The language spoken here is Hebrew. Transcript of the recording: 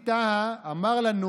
סליחה,